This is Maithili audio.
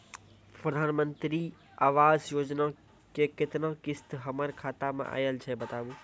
प्रधानमंत्री मंत्री आवास योजना के केतना किस्त हमर खाता मे आयल छै बताबू?